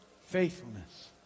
faithfulness